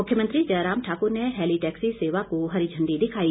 मुख्यमंत्री जयराम ठाकुर ने heli taxi सेवा को हरी झंडी दिखाई